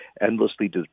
endlessly